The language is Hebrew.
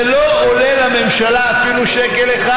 זה לא עולה לממשלה אפילו שקל אחד,